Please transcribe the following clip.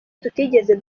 tutigeze